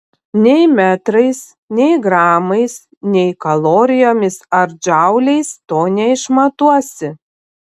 nei metrais nei gramais nei kalorijomis ar džauliais to neišmatuosi